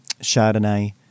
Chardonnay